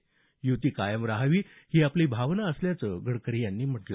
ही युती कायम राहावी ही आपली भावना असल्याचंही गडकरी यांनी सांगितलं